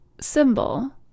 symbol